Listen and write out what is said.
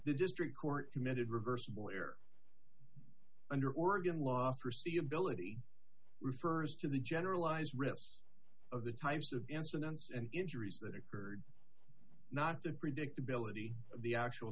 the district court committed reversible error under oregon law for c ability refers to the generalize risks of the types of incidents and injuries that occur not the predictability of the actual